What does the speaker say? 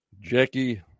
Jackie